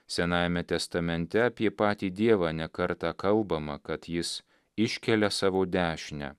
senajame testamente apie patį dievą ne kartą kalbama kad jis iškelia savo dešinę